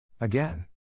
Again